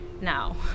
Now